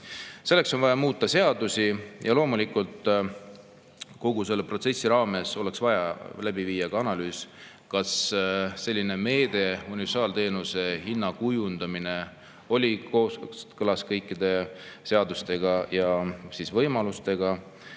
Selleks on vaja muuta seadusi. Loomulikult, kogu selle protsessi raames oleks vaja läbi viia ka analüüs, kas selline meede, universaalteenuse hinna kujundamine, oli kooskõlas kõikide seaduste ja võimalustega.